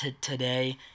today